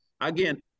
Again